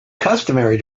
customary